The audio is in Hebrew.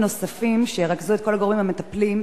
נוספים שירכזו את כל הגורמים המטפלים בתוך,